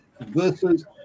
versus